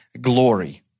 glory